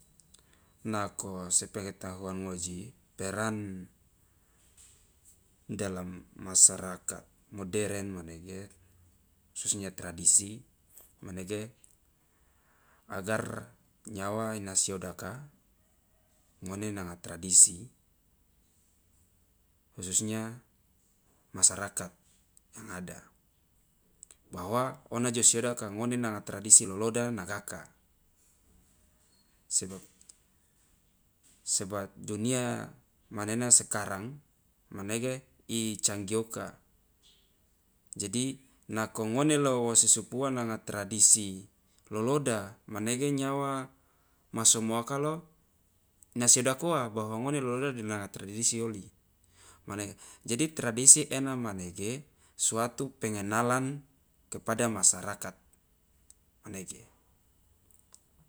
Nako se pengetahuan ngoji peran dalam masyarakat modern manege khususnya tradisi manege agar nyawa ina siodaka ngone nanga tradisi, khusunya masyarakat yang ada bahwa ona jo siodaka ngone nanga tradisi loloda nagaka sebab sebab dunia manena sekarang manege i canggih oka jadi nako ngone lo wo sisupu ua nanga tradisi loloda manege nyawa ma somoaka lo ina siodak ua bahwa ngone loloda de nanga tradisi oli mane jadi tradisi ena manege suatu pengenalan kepada masyarakat, manege.